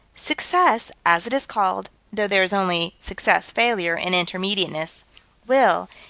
success, as it is called though there is only success-failure in intermediateness will,